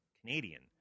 Canadian